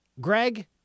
Greg